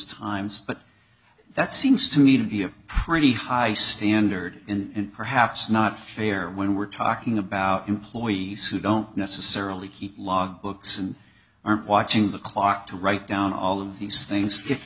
times but that seems to me to be a pretty high standard and perhaps not fair when we're talking about employees who don't necessarily log books and are watching the clock to write down all of these things if